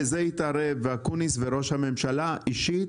בזה התערב אקוניס וראש הממשלה אישית,